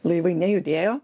laivai nejudėjo